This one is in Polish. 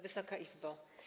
Wysoka Izbo!